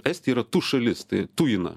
estija yra tu šalis tai tujina